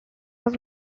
was